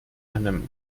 einem